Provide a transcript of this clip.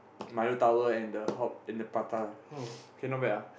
Milo tower and the hot and the prata K not bad ah